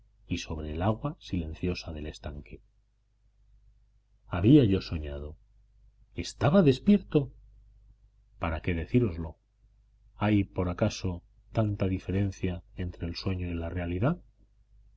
y sobre el agua silenciosa del estanque había yo soñado estaba despierto para qué decíroslo hay por acaso tanta diferencia entre el sueño y la realidad